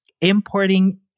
importing